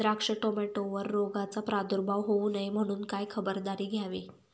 द्राक्ष, टोमॅटोवर रोगाचा प्रादुर्भाव होऊ नये म्हणून काय खबरदारी घ्यावी?